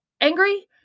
angry